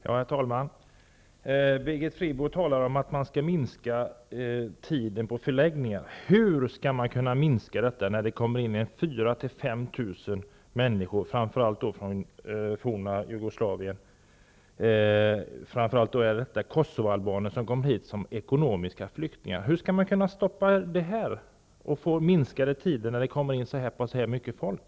Herr talman! Birgit Friggebo talar om att man skall förkorta tiden på förläggningarna. Hur skall man kunna göra detta när det kommer in 4 000--5 000 människor, framför allt från det forna Jugoslavien? Framför allt är det kosovoalbaner som kommer hit som ekonomiska flyktingar. Hur skall man kunna stoppa det här? Hur skall man kunna förkorta tiderna när det kommer in så pass mycket folk?